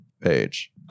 page